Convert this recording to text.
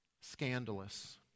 Scandalous